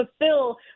fulfill